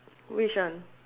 which one